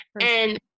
And-